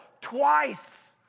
twice